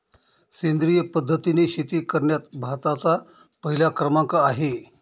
सेंद्रिय पद्धतीने शेती करण्यात भारताचा पहिला क्रमांक आहे